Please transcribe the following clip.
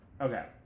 Okay